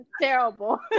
Terrible